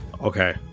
Okay